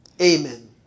Amen